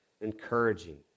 encouraging